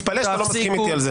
מתפלא שאתה לא מסכים איתי על זה.